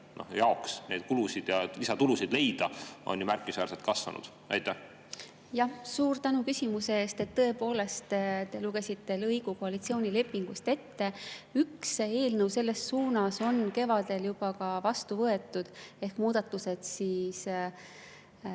jaoks tulusid ja lisatulusid leida on ju märkimisväärselt kasvanud. Jah, suur tänu küsimuse eest! Tõepoolest, te lugesite lõigu koalitsioonilepingust ette. Üks eelnõu selles suunas on kevadel juba ka vastu võetud ehk muudatused